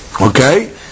okay